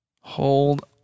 Hold